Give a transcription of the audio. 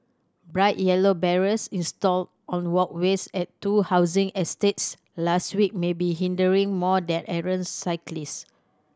bright yellow barriers installed on walkways at two housing estates last week may be hindering more than errant cyclist